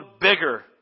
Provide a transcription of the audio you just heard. bigger